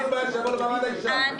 אין בעיה שיעבור לוועדה לקידום מעמד האישה.